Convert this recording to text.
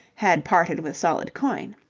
had parted with solid coin.